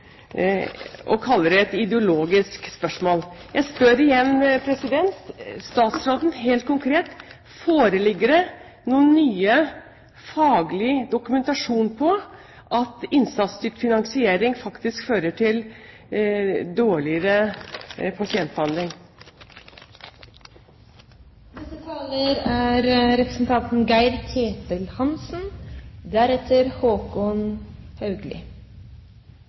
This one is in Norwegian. og så gjemmer man seg bak at dette er et «ideologisk spørsmål». Jeg spør igjen statsråden helt konkret: Foreligger det ny faglig dokumentasjon på at innsatsstyrt finansiering faktisk fører til dårligere pasientbehandling? Det er